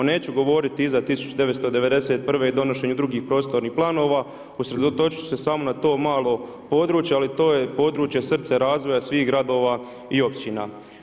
Neću govoriti iza 1991. donošenju drugih prostornih planova, usredotočiti ću se samo na to malo područje, ali to je područje srce razvoja svih gradova i općina.